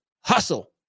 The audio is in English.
hustle